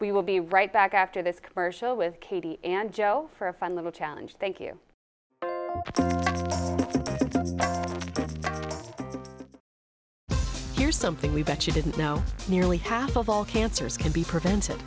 we will be right back after this commercial with katie and joe for a fun little challenge thank you here's something we bet you didn't know nearly half of all cancers can be prevented